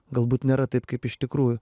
galbūt nėra taip kaip iš tikrųjų